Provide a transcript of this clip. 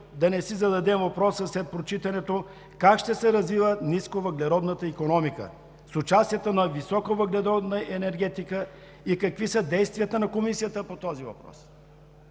да не си зададем въпроса: как ще се развива нисковъглеродната икономика с участието на високовъглеродна енергетика и какви са действията на Комисията по този въпрос?